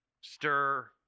stir